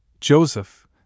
Joseph